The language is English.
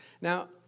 Now